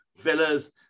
villas